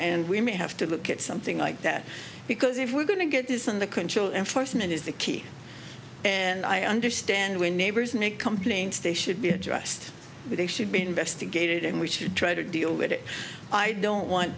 and we may have to look at something like that because if we're going to get this in the control enforcement is the key and i understand when neighbors make complaints they should be addressed but they should be investigated and we should try to deal with it i don't want